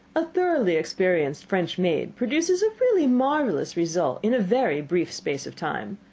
a thoroughly experienced french maid produces a really marvellous result in a very brief space of time.